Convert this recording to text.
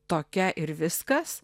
tokia ir viskas